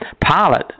Pilot